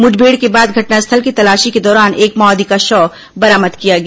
मुठभेड़ के बाद घटनास्थल की तलाशी के दौरान एक माओवादी का शव बरामद किया गया